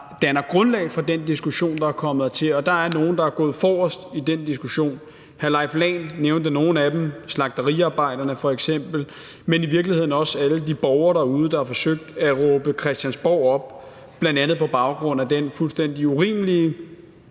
danner grundlag for den diskussion, der er kommet hertil. Og der er nogle, der er gået forrest i den diskussion. Hr. Leif Lahn Jensen nævnte nogle af dem – slagteriarbejderne f.eks. – men i virkeligheden jo også alle de borgere derude, der har forsøgt at råbe Christiansborg op, bl.a. på baggrund af den fuldstændig urimelige